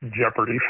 Jeopardy